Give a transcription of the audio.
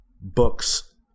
books